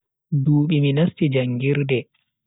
ndu bimina sti janjir de